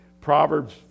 Proverbs